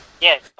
Yes